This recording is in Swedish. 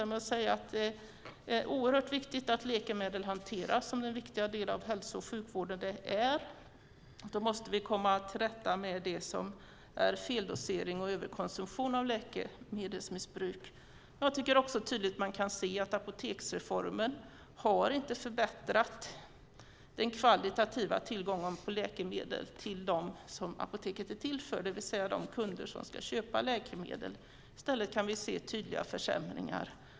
Det är oerhört viktigt att läkemedel hanteras som den viktiga del av hälso och sjukvården de är. Då måste vi komma till rätta med feldosering, överkonsumtion och läkemedelsmissbruk. Jag tycker att vi tydligt kan se att apoteksreformen inte har förbättrat den kvalitativa tillgången till läkemedel för dem som apoteket är till för, det vill säga kunderna som ska köpa läkemedel. I stället kan vi se tydliga försämringar.